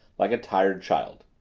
like a tired child,